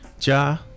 ja